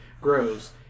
grows